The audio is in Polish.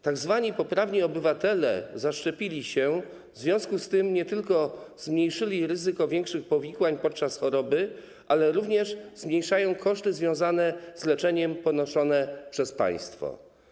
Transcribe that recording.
Tak zwani poprawni obywatele zaszczepili się, w związku z tym nie tylko zmniejszyli ryzyko większych powikłań podczas choroby, ale również zmniejszają koszty związane z leczeniem ponoszone przez państwo.